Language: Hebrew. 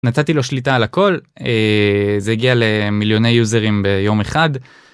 נתתי לו שליטה על הכל זה הגיע למיליוני יוזרים ביום אחד.